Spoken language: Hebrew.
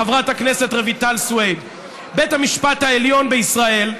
חברת הכנסת רויטל סויד: בית המשפט העליון בישראל,